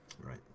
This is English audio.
Right